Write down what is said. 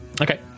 Okay